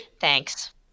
Thanks